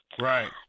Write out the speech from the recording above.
Right